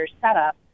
setup